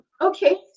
Okay